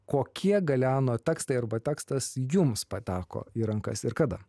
kokie galeano tekstai arba tekstas jums pateko į rankas ir kada